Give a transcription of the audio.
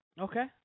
Okay